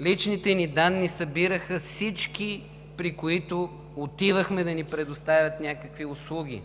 личните ни данни събираха всички, при които отивахме да ни предоставят някакви услуги.